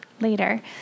later